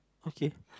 okay